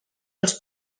els